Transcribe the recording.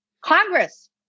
Congress